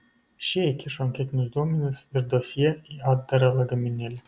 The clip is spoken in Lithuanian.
šie įkišo anketinius duomenis ir dosjė į atdarą lagaminėlį